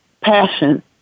passion